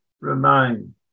remain